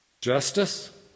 Justice